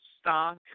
stock